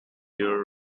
year